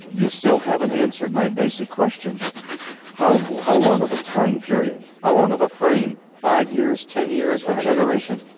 you still haven't answered my basic question how but how long of a time period, how long of a frame five years, ten years, a generation?